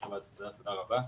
תודה רבה,